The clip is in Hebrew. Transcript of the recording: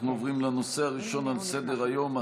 אנחנו עוברים לנושא הראשון על סדר-היום,